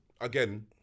again